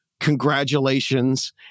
congratulations